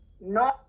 No